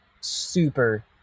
super